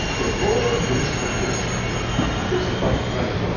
the whole buddhist practice is but practice ah